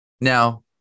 Now